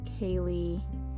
Kaylee